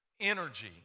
energy